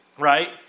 right